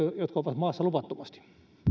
jotka ovat maassa luvattomasti